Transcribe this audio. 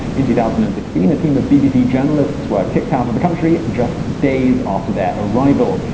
in two thousand and sixteen a team of bbc journalists were kicked out of the country just days after their arrival.